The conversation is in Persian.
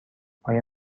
آیا